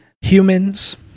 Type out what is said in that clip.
humans